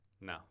no